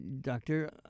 Doctor